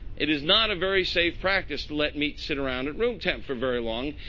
it is not a very safe practice to let meat sit around at room temp for very long.